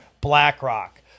BlackRock